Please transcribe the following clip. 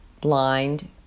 blind